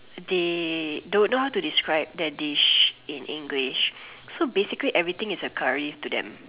they don't know how to describe that dish in English so basically everything is a curry to them